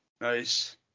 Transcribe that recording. Nice